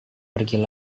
pergi